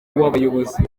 w’abayobozi